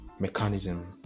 mechanism